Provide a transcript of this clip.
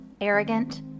arrogant